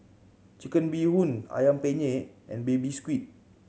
Chicken Bee Hoon Ayam Penyet and Baby Squid